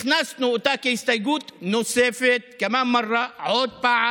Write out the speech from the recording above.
הכנסנו אותה כהסתייגות נוספת, כמאן מרה, עוד פעם